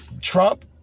trump